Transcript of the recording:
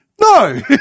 No